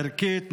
ערכית,